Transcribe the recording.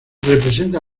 representa